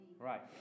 Right